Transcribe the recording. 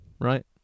right